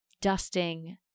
dusting